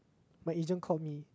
my agent called me